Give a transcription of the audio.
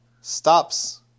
stops